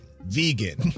vegan